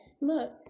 look